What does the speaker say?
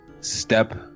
step